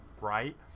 right